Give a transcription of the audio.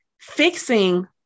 fixing